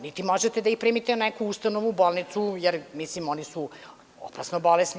Niti možete da ih primite u neku ustanovu, bolnicu, jer mislim, oni su opasno bolesni.